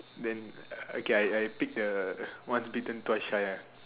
then okay I I pick the once bitten twice shy ah